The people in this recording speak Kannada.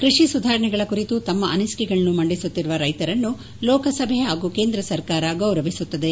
ಕ್ಪಡಿ ಸುಧಾರಣೆಗಳ ಕುರಿತು ತಮ್ಮ ಅನಿಸಿಕೆಗಳನ್ನು ಮಂಡಿಸುತ್ತಿರುವ ರೈತರನ್ನು ಲೋಕಸಭೆ ಹಾಗೂ ಕೇಂದ್ರ ಸರ್ಕಾರ ಗೌರವಿಸುತ್ತದೆ